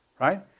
right